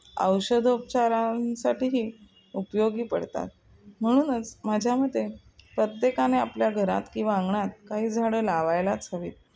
औषधोपचारांसाठीही उपयोगी पडतात म्हणूनच माझ्या मते प्रत्येकाने आपल्या घरात किंवा अंगणात काही झाडं लावायलाच हवीत